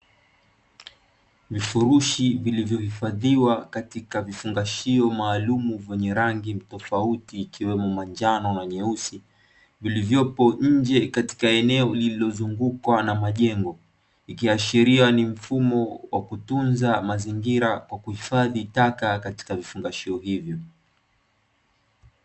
Vifurushi vilivyohifadhiwa katika vifungashio maalumu vyenye rangi tofauti ikiwemo manjano na nyeusi; vilivyopo nje katika eneo lililozungukwa na majengo, ikiashiria ni mfumo wa kutunza mazingira kwa kuhifadhi taka katika vifungashio hivyo.